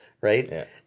right